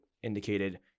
indicated